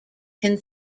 can